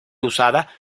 usada